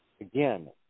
Again